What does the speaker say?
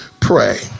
pray